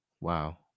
wow